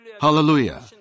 Hallelujah